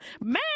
Man